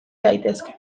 daitezke